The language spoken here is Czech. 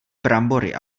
brambory